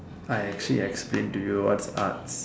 I actually explained to you what's arts